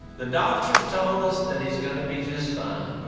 the doctors told us that he's gonna be just fine.